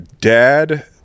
dad